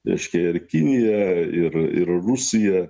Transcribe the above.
reiškia ir kinija ir ir rusija